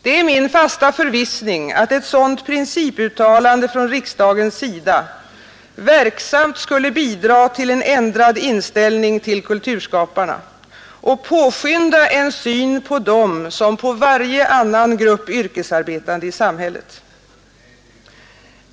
Det är min fasta förvissning att ett sådant principuttalande från riksdagens sida verksamt skulle bidra till en ändrad inställning till kulturskaparna och påskynda en syn på dem som på varje annan grupp yrkesarbetande i samhället.